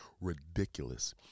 Ridiculous